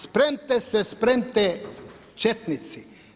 Sprem'te se, sprem'te četnici.